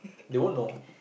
they won't know